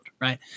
right